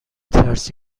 ترس